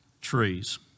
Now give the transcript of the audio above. trees